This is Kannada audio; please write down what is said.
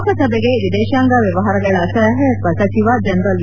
ಲೋಕಸಭೆಗೆ ವಿದೇಶಾಂಗ ವ್ಯವಹಾರಗಳ ಸಹಾಯಕ ಸಚಿವ ಜನರಲ್ ವಿ